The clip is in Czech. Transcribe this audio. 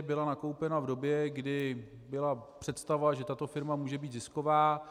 Byla nakoupena v době, kdy byla představa, že tato firma může být zisková.